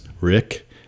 Rick